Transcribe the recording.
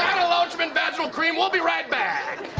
gyne-lotrimin vaginal cream. we'll be right back!